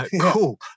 Cool